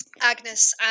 Agnes